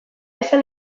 esan